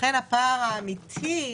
הפער האמיתי,